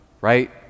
right